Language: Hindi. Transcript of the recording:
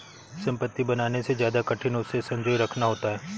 संपत्ति बनाने से ज्यादा कठिन उसे संजोए रखना होता है